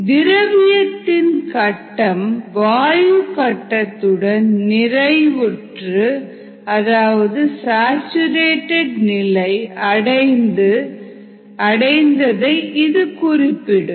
திரவியத்தின் கட்டம் வாயு கட்டத்துடன் நிறைவுற்ற நிலை அடைந்ததை இது குறிப்பிடும்